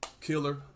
Killer